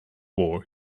war